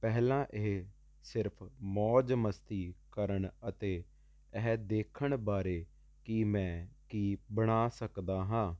ਪਹਿਲਾਂ ਇਹ ਸਿਰਫ਼ ਮੌਜ ਮਸਤੀ ਕਰਨ ਅਤੇ ਇਹ ਦੇਖਣ ਬਾਰੇ ਕਿ ਮੈਂ ਕੀ ਬਣਾ ਸਕਦਾ ਹਾਂ